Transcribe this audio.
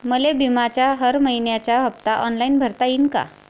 मले बिम्याचा हर मइन्याचा हप्ता ऑनलाईन भरता यीन का?